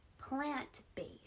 plant-based